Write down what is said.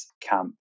camp